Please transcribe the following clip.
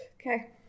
okay